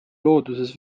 looduses